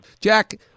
Jack